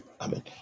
amen